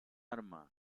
arma